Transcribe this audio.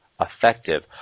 effective